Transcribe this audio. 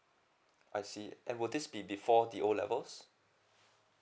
I see and will this be before the O levels